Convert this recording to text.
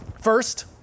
First